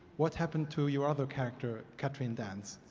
what happened to your other character, katryn dance?